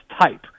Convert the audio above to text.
type